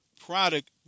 product